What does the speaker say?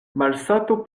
malsato